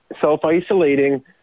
self-isolating